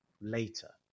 later